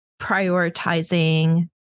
prioritizing